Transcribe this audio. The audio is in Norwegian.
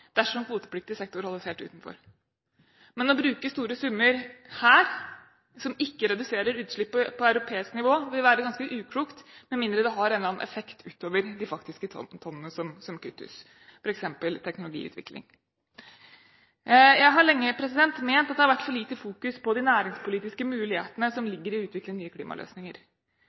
dersom kvotepliktig sektor holdes helt utenfor. Men å bruke store summer her som ikke reduserer utslippene på europeisk nivå, ville være ganske uklokt med mindre det har en eller annen effekt utover de faktiske tonnene som kuttes – f.eks. teknologiutvikling. Jeg har lenge ment at det har vært for lite fokus på de næringspolitiske mulighetene som ligger i å utvikle nye klimaløsninger.